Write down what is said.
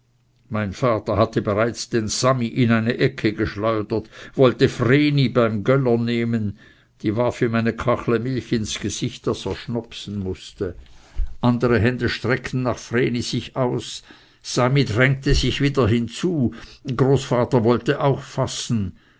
mein vater hatte bereits den sami in eine ecke geschleudert wollte vreni beim göller nehmen die warf ihm eine kachle milch ins gesicht daß er schnopsen mußte andere hände streckten nach vreni sich aus sami drängte sich wieder hinzu großvater wollte auch fassen